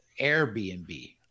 Airbnb